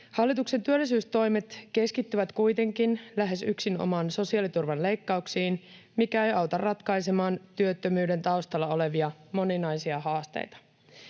Hallituksen työllisyystoimet keskittyvät kuitenkin lähes yksinomaan sosiaaliturvan leikkauksiin, mikä ei auta ratkaisemaan työttömyyden taustalla olevia moninaisia haasteita.